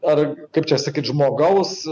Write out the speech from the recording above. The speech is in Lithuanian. ar kaip čia sakyt žmogaus